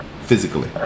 Physically